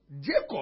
Jacob